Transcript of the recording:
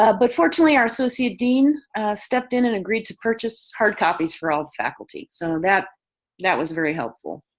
ah but fortunately, our associate dean stepped in and agreed to purchase hard copies for all faculty. so that that was very helpful.